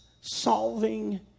solving